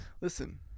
listen